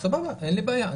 אין לי בעיה,